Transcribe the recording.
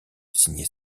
signer